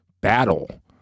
battle